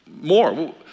more